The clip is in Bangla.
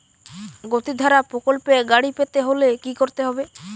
গতিধারা প্রকল্পে গাড়ি পেতে হলে কি করতে হবে?